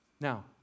Now